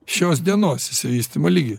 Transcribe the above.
šios dienos išsivystymo lygį